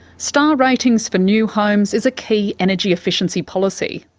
star ratings for new homes is a key energy efficiency policy,